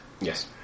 Yes